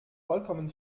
vollkommen